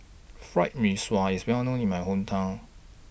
Fried Mee Sua IS Well known in My Hometown